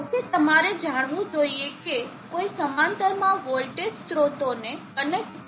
જો કે તમારે જાણવું જોઈએ કે કોઈ સમાંતરમાં વોલ્ટેજ સ્ત્રોતોને કનેક્ટ કરી શકતું નથી